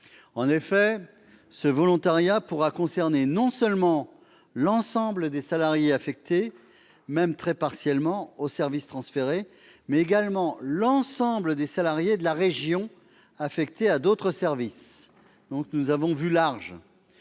En effet, ce volontariat pourra concerner non seulement l'ensemble des salariés affectés, même très partiellement, au service transféré, mais également l'ensemble des salariés de la région affectés à d'autres services. Nous avons donc